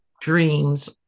dreams